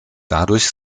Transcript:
dadurch